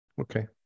Okay